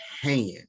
hand